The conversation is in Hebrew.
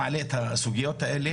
לכן אני מעלה כבר עכשיו את הסוגיות האלה.